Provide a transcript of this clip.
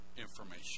information